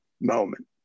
moment